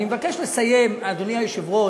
אני מבקש לסיים, אדוני היושב-ראש.